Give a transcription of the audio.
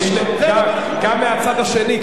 משני, גם מהצד השני.